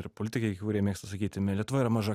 ir politikai kai kurie mėgsta sakyti lietuva yra maža